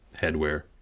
headwear